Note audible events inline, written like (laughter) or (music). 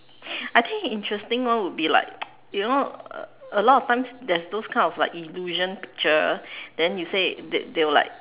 I think interesting one would be like (noise) you know a a lot of times there's those kind of like illusion picture then you say they they will like